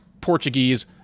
Portuguese